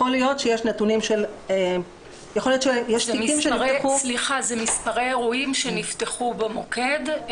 יכול להיות שיש תיקים שנפתחו אלה מספרי אירועים שנפתחו במוקד.